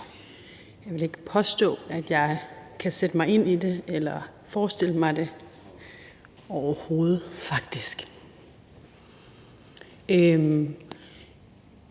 Jeg vil ikke påstå, at jeg kan sætte mig ind i det, eller at jeg faktisk overhovedet kan